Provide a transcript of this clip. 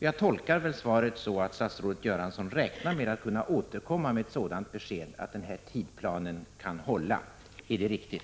Jag tolkar svaret så att statsrådet Göransson räknar med att kunna återkomma med ett sådant besked att denna tidplan håller. Är det riktigt?